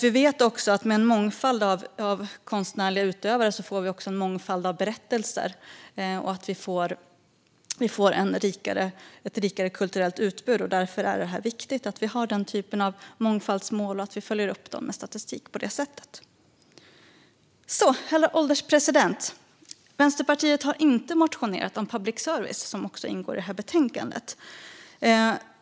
Vi vet att med en mångfald av konstnärliga utövare får vi också en mångfald av berättelser och ett rikare kulturellt utbud. Därför är det viktigt att vi har den typen av mångfaldsmål och att vi följer upp dem med statistik. Herr ålderspresident! Vänsterpartiet har inte motionerat om public service, som också ingår i betänkandet.